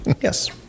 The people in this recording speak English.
Yes